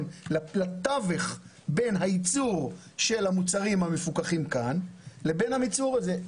לתווך בין הייצור של המוצרים המפוקחים כאן לבין הייצור הזה.